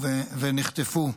ונחטפו.